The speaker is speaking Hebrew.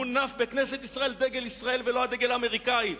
מונף בכנסת ישראל דגל ישראל, ולא הדגל האמריקני.